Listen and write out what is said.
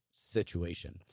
situation